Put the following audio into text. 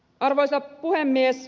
arvoisa puhemies